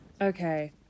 Okay